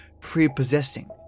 prepossessing